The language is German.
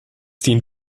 dient